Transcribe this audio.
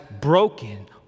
broken